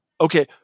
Okay